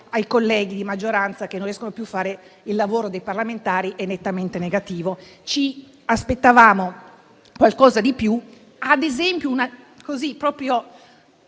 Grazie